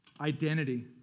identity